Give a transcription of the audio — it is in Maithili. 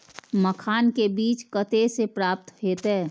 मखान के बीज कते से प्राप्त हैते?